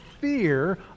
fear